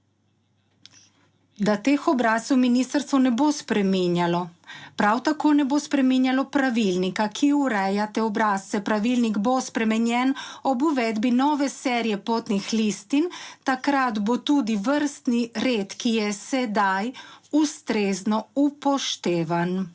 da teh obrazcev ministrstvo ne bo spreminjalo, prav tako ne bo spreminjalo pravilnika, ki ureja te obrazce. Pravilnik bo spremenjen ob uvedbi nove serije potnih listin. Takrat bo tudi vrstni red, ki je sedaj, ustrezno upoštevan.